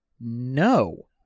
No